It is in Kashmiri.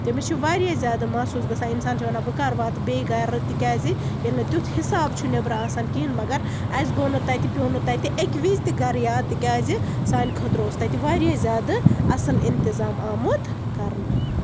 تٔمِس چھُ واریاہ زیادٕ محسوٗس گژھان اِنسان چھُ وَنان بہٕ کر واتہٕ بیٚیہِ گرٕ تِکیٛازِ ییٚلہِ نہٕ تیُتھ حِساب چھُ نیٚبرٕ آسان کِہیٖنٛۍ مَگر اَسہِ گوٚو نہٕ تَتہِ پیوٚو نہٕ تَتہِ اَکہِ وِزِ تہِ گرٕ یاد تِکیٛازِ سانہِ خٲطرٕ اوس تَتہِ واریاہ زیادٕ اَصٕل اِنتِظام آمُت کرنہٕ